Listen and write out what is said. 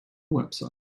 website